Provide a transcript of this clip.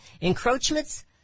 encroachments